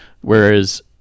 whereas